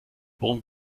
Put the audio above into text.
worum